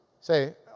Say